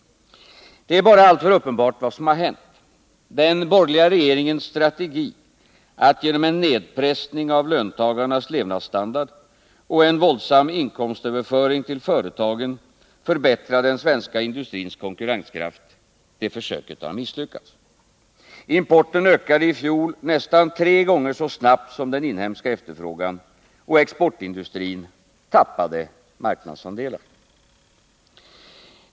Det är bara alltför uppenbart vad som hänt. Den borgerliga regeringens strategi att genom en nedpressning av löntagarnas levnadsstandard och en våldsam inkomstöverföring till företagen förbättra den svenska industrins konkurrenskraft har misslyckats. Importen ökade 1979 nästan tre gånger så snabbt som den inhemska efterfrågan, och exportindustrin tappade marknadsandelar.